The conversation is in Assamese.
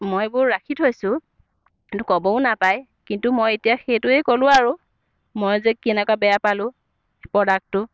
মই এইবোৰ ৰাখি থৈছোঁ কিন্তু ক'বও নাপায় কিন্তু মই এতিয়া সেইটোৱেই ক'লোঁ আৰু মই যে কেনেকুৱা বেয়া পালোঁ প্ৰডাক্টটো